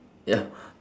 ya